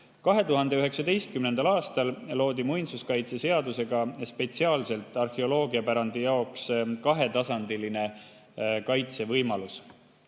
2019. aastal loodi muinsuskaitseseadusega spetsiaalselt arheoloogiapärandi jaoks kahetasandilise kaitse võimalus.